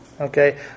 Okay